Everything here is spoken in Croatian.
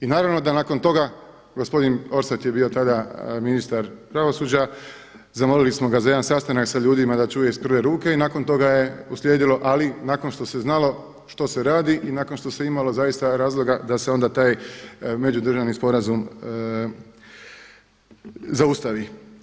I naravno da nakon toga gospodin Orsat je bio tada ministar pravosuđa, zamolili smo ga za jedan sastanak sa ljudima da čuje iz prve ruke i nakon toga je uslijedilo, ali nakon što se znalo što se radi i nakon što se imalo zaista razloga da se onda taj međudržavni sporazum zaustavi.